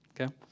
okay